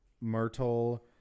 myrtle